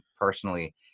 personally